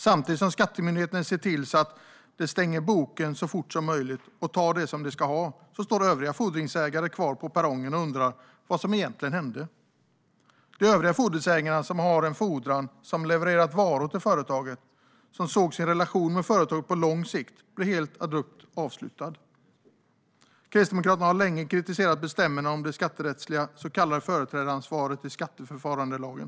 Samtidigt som skattemyndigheten ser till att de stänger boken så fort som möjligt och tar det som de ska ha står övriga fordringsägare kvar på perrongen och undrar vad som egentligen hände. De övriga fordringsägarna, som har en fordran och som har levererat varor till företaget, får nu se sin relation med företaget - som de såg på lång sikt - bli abrupt avslutad. Kristdemokraterna har länge kritiserat bestämmelserna om det skatterättsliga så kallade företrädaransvaret i skatteförfarandelagen.